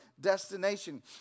destination